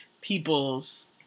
people's